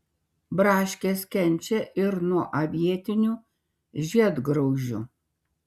braškės kenčia ir nuo avietinių žiedgraužių